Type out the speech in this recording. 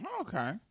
Okay